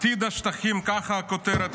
"עתיד השטחים" ככה הכותרת,